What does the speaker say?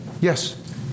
Yes